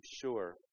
sure